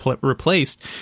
replaced